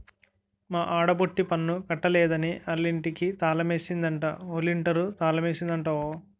మా ఆడబొట్టి పన్ను కట్టలేదని ఆలింటికి తాలమేసిందట ఒలంటీరు తాలమేసిందట ఓ